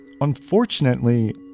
unfortunately